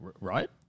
right